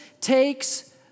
takes